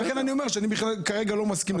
לכן אני אומר שכרגע אני בכלל לא מסכים לזה.